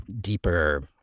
deeper